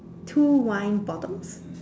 two wine bottles